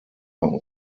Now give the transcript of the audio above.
und